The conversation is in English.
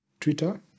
Twitter